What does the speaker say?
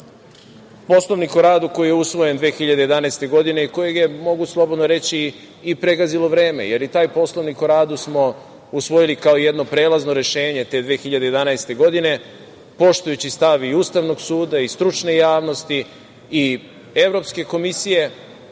plenumu. Poslovnik o radu koji je usvojen 2011. godine i kojeg je, mogu slobodno reći, i pregazilo vreme, jer i taj Poslovnik o radu smo usvojili kao jedno prelazno rešenje te 2011. godine poštujući i stav i Ustavnog suda i stručne javnosti i Evropske komisije,